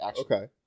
okay